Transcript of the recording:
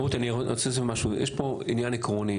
רות, יש פה עניין עקרוני.